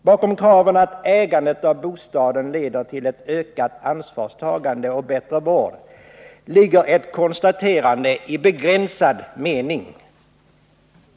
Bakom kraven finns skäl som att ägandet av bostaden leder till ett ökat ansvarstagande och bättre vård, men däri ligger ett konstaterande i begränsad mening.